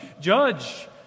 Judge